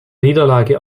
niederlage